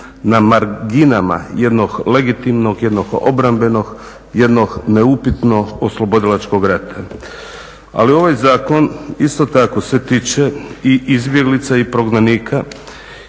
na marginama jednog legitimnog, jednog obrambenog, jednog neupitnog oslobodilačkog rata. Ali ovaj zakon isto tako se tiče i izbjeglica i prognanika